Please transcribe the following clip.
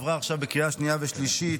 התקבלה בקריאה השנייה והשלישית,